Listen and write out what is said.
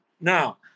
now